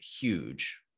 huge